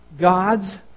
God's